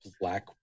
black